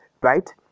right